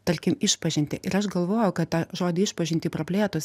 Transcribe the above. tarkim išpažintį ir aš galvojau kad tą žodį išpažintį praplėtus